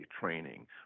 training